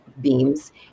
beams